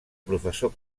professor